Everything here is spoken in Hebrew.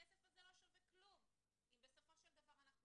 הכסף הזה לא שווה כלום אם בסופו של דבר אנחנו